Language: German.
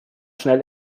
schnell